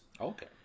Okay